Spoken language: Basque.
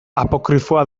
apokrifoa